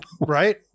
right